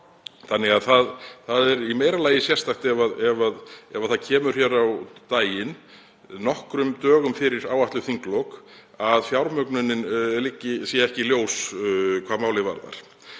þannig að það er í meira lagi sérstakt ef það kemur á daginn nokkrum dögum fyrir áætluð þinglok að fjármögnunin sé ekki ljós hvað málið varðar.